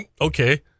Okay